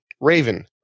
raven